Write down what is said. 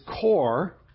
core